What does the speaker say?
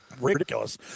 ridiculous